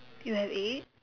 you have eight